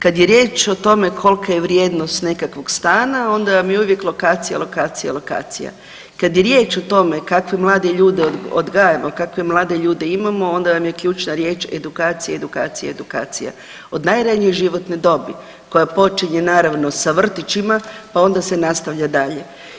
Kada je riječ o tome kolika je vrijednost nekakvog stana onda vam je uvijek lokacija, lokacija, lokacija, kada je riječ o tome kakve mlade ljude odgajamo, kakve mlade ljude imam onda vam je ključna riječ edukacija, edukacija, edukacija od najranije životne dobi koja počinje naravno sa vrtićima pa onda se nastavlja dalje.